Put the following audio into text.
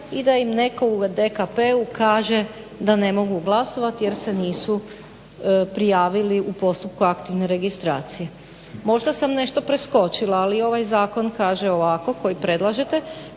i da im netko u DKP-u kaže da ne mogu glasovati jer se nisu prijavili u postupku aktivne registracije. Možda sam nešto preskočila ali ovaj zakon kaže ovako koji predlažete